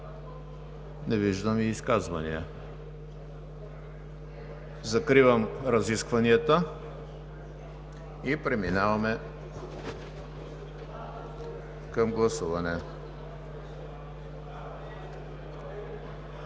Не виждам и изказвания. Закривам разискванията и преминаваме към гласуване.